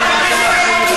הם עצרו את הטירוף שלך.